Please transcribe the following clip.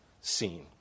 seen